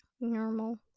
Normal